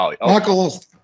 Michael